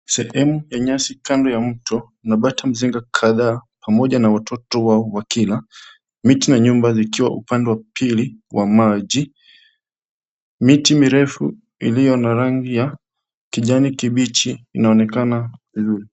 Sehemu ya nyasi kando ya mto, na bata mzinga kadhaa, pamoja na watoto wao wakila. Miti na nyumba zikiwa upande wa pili wa maji. Miti mirefu iliyo na rangi ya kijani kibichi inaonekana vizuri.